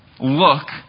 Look